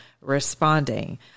responding